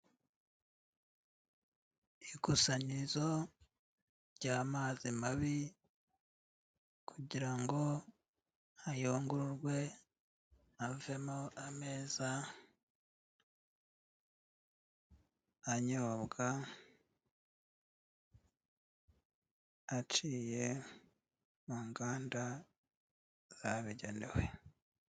Ikusanyirizo ry'amazi mabi kugira ngo ayungururwe avemo ameza anyobwa aciye mu nganda zabigenewe.